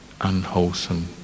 unwholesome